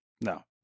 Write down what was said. No